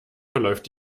verläuft